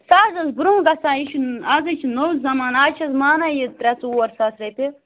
سُہ حظ ٲس برٛونٛہہ گژھان یہِ چھُ اَز ہَے چھُ نوٚو زَمانہٕ اَز چھ حظ مانان یہِ ترٛےٚ ژور ساس رۄپیہِ